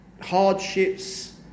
hardships